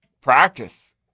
practice